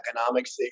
economics